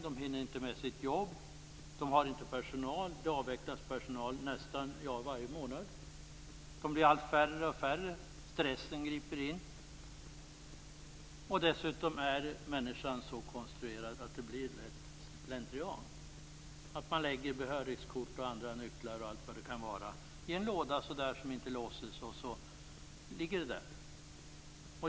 De hinner inte med sitt jobb, de har inte personal, det avvecklas personal nästan varje månad, den blir allt mindre, stressen griper in. Dessutom är människan så konstruerad att det lätt blir slentrian, att man lägger behörighetskort, nycklar och annat i en låda som inte låses, och så ligger de där.